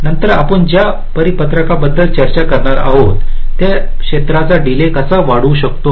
नंतर आपण ज्या परिपत्रकाबद्दल चर्चा करणार आहोत त्या क्षेत्राचा डीले कसा वाढवू शकतो